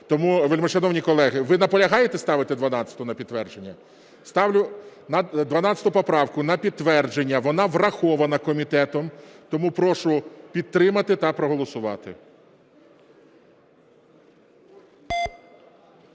Тому, вельмишановні колеги, ви наполягаєте ставити 12-у на підтвердження? Ставлю 12 поправку на підтвердження. Вона врахована комітетом. Тому прошу підтримати та проголосувати.